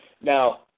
Now